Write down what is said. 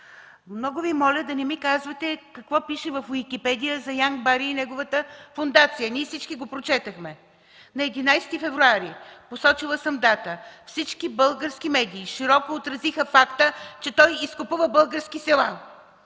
Много Ви моля да не ми казвате какво пише в „Уикипедия” за Янк Бери и неговата фондация. Ние всички го прочетохме. На 11 февруари – посочила съм дата, всички български медии широко отразиха факта, че той изкупува български села.